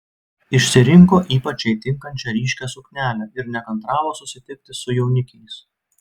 išsirinko ypač jai tinkančią ryškią suknelę ir nekantravo susitikti su jaunikiais